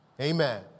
Amen